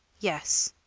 yes.